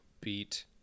beat